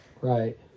Right